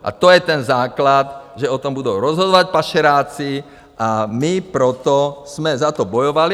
A to je ten základ, že o tom budou rozhodovat pašeráci, a my proto jsme za to bojovali.